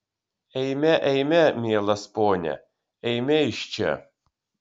eime eime mielas pone eime iš čia